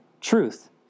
truth